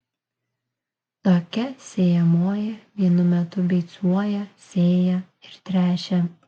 tokia sėjamoji vienu metu beicuoja sėja ir tręšia